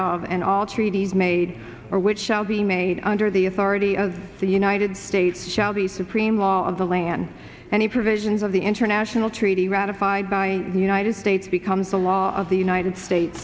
of and all treaties made or which shall be made under the authority of the united states shall be supreme law of the land and the provisions of the international treaty ratified by the united states becomes the law of the united states